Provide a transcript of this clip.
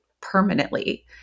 permanently